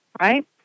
right